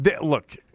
look